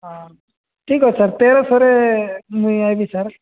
ହଁ ଠିକ୍ ଅଛି ସାର୍ ତେରଶହରେ ମୁଁ ଆସିବି ସାର୍